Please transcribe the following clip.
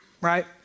Right